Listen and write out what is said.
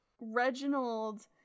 Reginald